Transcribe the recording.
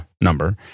number